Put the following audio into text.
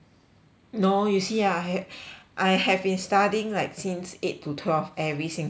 no you see I have I have been studying like since eight to twelve every single day